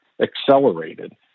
accelerated